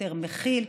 יותר מכיל.